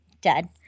dead